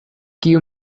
kiu